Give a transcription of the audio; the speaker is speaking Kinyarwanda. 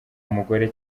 mugore